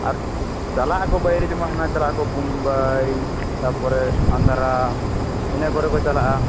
ᱟᱨ ᱪᱟᱞᱟᱜ ᱟᱠᱚ ᱵᱟᱭᱨᱮ ᱡᱮᱢᱚᱱ ᱦᱟᱱᱟ ᱪᱟᱞᱟᱜ ᱟᱠᱚ ᱵᱩᱢᱵᱟᱭ ᱛᱟᱯᱚᱨᱮ ᱟᱱᱫᱷᱟᱨᱟ ᱤᱱᱟᱹ ᱠᱚᱨᱮ ᱠᱚ ᱪᱟᱞᱟᱜᱼᱟ